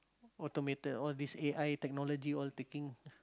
automated all this A_I technology all taking